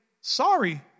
sorry